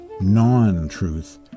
non-truth